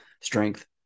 strength